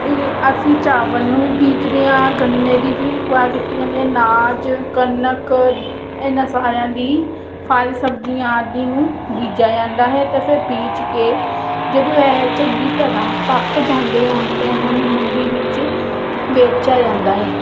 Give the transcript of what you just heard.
ਇਹ ਅਸੀਂ ਚਾਵਲ ਨੂੰ ਵੀ ਬੀਜਦੇ ਹਾਂ ਗੰਨੇ ਦੀ ਵੀ ਵਾ ਕੀਤੀ ਜਾਂਦੀ ਹੈ ਅਨਾਜ ਕਣਕ ਇਹਨਾਂ ਸਾਰਿਆਂ ਦੀ ਫਲ ਸਬਜ਼ੀਆਂ ਆਦਿ ਨੂੰ ਬੀਜਿਆ ਜਾਂਦਾ ਹੈ ਅਤੇ ਫਿਰ ਬੀਜ ਕੇ ਜਦੋਂ ਇਹ ਚੰਗੀ ਤਰ੍ਹਾਂ ਪੱਕ ਜਾਂਦੇ ਹਨ ਤਾਂ ਇਹਨਾਂ ਨੂੰ ਮੰਡੀ ਵਿੱਚ ਵੇਚਿਆ ਜਾਂਦਾ ਹੈ